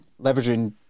leveraging